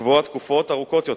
לקבוע תקופות ארוכות יותר,